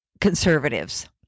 conservatives